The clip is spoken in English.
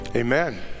Amen